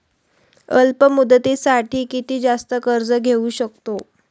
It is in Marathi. अल्प मुदतीसाठी किती जास्त कर्ज घेऊ शकतो?